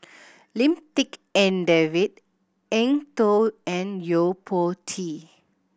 Lim Tik En David Eng Tow and Yo Po Tee